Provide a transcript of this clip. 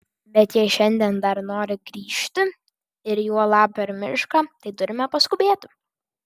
bet jei šiandien dar nori grįžti ir juolab per mišką tai turime paskubėti